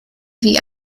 wie